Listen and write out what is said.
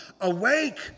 awake